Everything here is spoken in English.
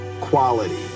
quality